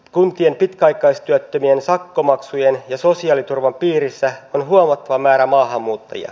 kuntien vastuulla on huomattava määrä maahanmuuttajia